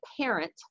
parent